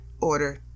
order